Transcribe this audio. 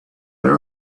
your